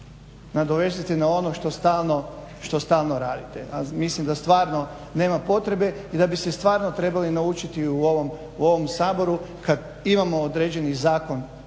nadovežete na ono što stalno radite a mislim da stvarno nema potrebe i da bi se stvarno trebali naučiti u ovom Saboru kad imamo određeni zakon